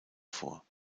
vor